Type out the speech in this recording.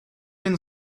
been